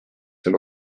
seal